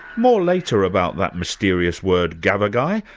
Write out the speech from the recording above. more later about that mysterious word, gavagai,